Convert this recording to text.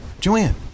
Joanne